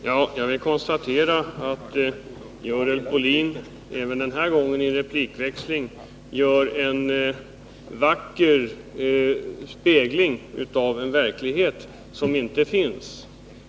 Herr talman! Jag konstaterar att Görel Bohlin även i den här replikväxlingen gör en vacker beskrivning av någonting som inte finns.